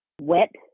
wet